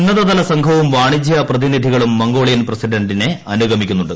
ഉന്നതതല സംഘവും വാണിജ്യപ്രതിനിധികളും മംഗോളിയൻ പ്രസിഡന്റിനെ അനുഗമിക്കുന്നുണ്ട്